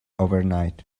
overnight